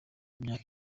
myaka